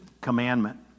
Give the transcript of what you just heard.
commandment